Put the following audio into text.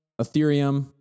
ethereum